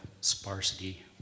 sparsity